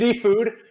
food